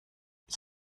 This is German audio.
ich